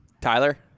Tyler